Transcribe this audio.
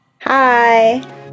Hi